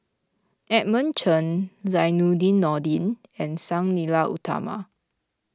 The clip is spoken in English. Edmund Chen Zainudin Nordin and Sang Nila Utama